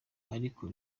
ariko